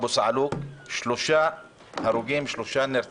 הרוגים, שלושה נרצחים